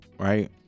right